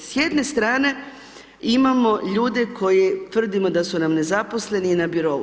S jedne strane imamo ljude koji tvrdimo da su nam nezaposleni i na birou.